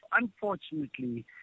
Unfortunately